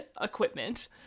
equipment